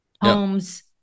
homes